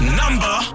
number